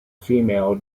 female